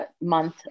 month